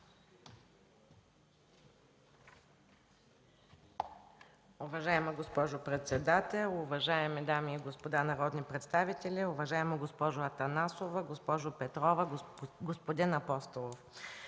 Уважаема госпожо председател, уважаеми дами и господа народни представители, уважаеми госпожо Атанасова, госпожо Петрова и господин Апостолов!